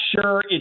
sure